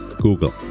Google